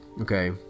okay